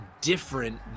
different